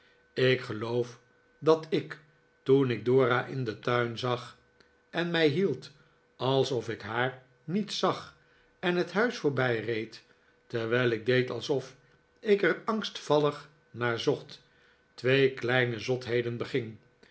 ik geloof dat ik toen ik dora in den tuin zag en mij hield alsof ik haar niet zag en het huis voorbijreed terwijl ik deed alsof ik er angstvallig naar zocht twee kleine zotheden beging